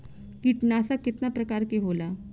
कीटनाशक केतना प्रकार के होला?